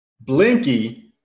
Blinky